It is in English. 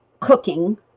cooking